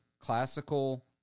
classical